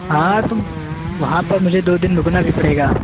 ہاں تو وہاں پر مجھے دو دن رکنا بھی پڑے گا